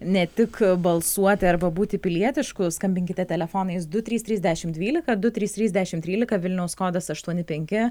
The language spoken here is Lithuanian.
ne tik balsuoti arba būti pilietišku skambinkite telefonais du trys trys dešim dvylika du trys trys dešim trylika vilniaus kodas aštuoni penki